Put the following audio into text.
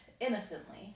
innocently